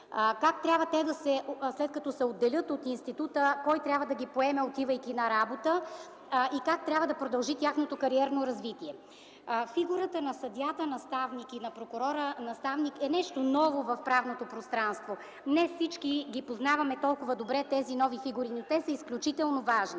за обучение, след като се отделят от института, кой трябва да ги поеме, отивайки на работа, и как трябва да продължи тяхното кариерно развитие. Фигурата на съдията наставник и прокурора наставник е нещо ново в правното пространство. Не всички познаваме толкова добре тези нови фигури, но те са изключително важни.